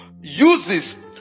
uses